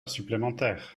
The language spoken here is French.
supplémentaire